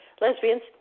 Lesbians